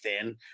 thin